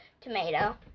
tomato